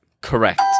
Correct